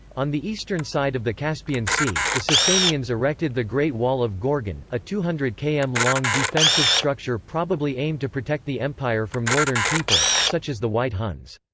on the eastern side of the caspian sea, the sassanians erected the great wall of gorgan, a two hundred km-long defensive structure probably aimed to protect the empire from northern peoples, such as the white huns.